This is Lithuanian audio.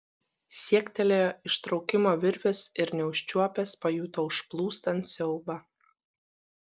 siektelėjo ištraukimo virvės ir neužčiuopęs pajuto užplūstant siaubą